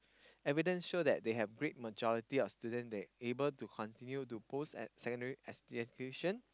evidence show that they have great majority of student they able to continue to post as secondary as